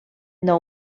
nou